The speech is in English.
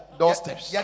doorsteps